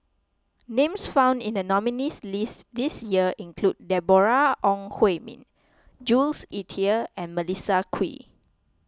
names found in the nominees' list this year include Deborah Ong Hui Min Jules Itier and Melissa Kwee